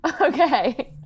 Okay